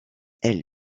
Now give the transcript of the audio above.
elle